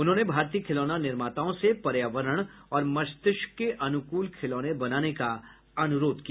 उन्होंने भारतीय खिलौना निर्माताओं से पर्यावरण और मस्तिष्क के अनुकूल खिलौने बनाने का अनुरोध किया